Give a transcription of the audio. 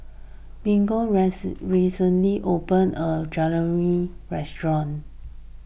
Mignon recently open a Dangojiru restaurant